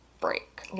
break